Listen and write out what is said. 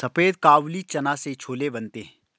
सफेद काबुली चना से छोले बनते हैं